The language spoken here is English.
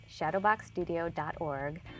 shadowboxstudio.org